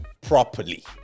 properly